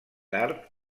tard